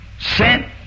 sent